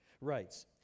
writes